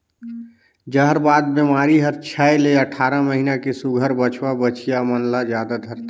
जहरबाद बेमारी हर छै ले अठारह महीना के सुग्घर बछवा बछिया मन ल जादा धरथे